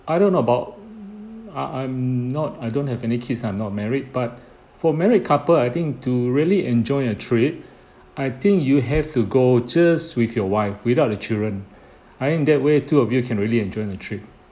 I don't know about I I'm not I don't have any kids I'm not married but for married couple I think to really enjoy a trip I think you have to go just with your wife without the children I mean in that way two of you can really enjoy the trip